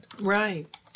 Right